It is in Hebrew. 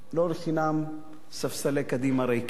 לא לחינם ספסלי קדימה ריקים,